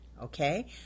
okay